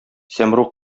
сәмруг